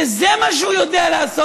שזה מה שהוא יודע לעשות.